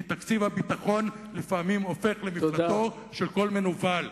כי תקציב הביטחון לפעמים הופך למפלטו של כל מנוול.